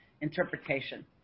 interpretation